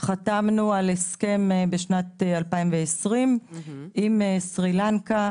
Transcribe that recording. בשנת 2020 חתמנו על הסכם עם סרילנקה,